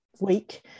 week